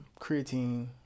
creatine